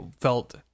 felt